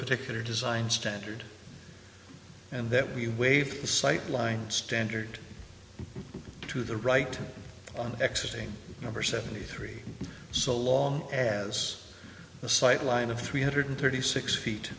particular design standard and that we waive the sightlines standard to the right on exercising number seventy three so long as the sight line of three hundred thirty six feet